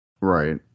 Right